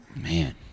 Man